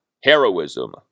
heroism